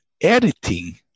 editing